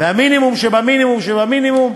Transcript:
והמינימום שבמינימום שבמינימום,